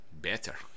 Better